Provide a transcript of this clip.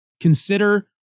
consider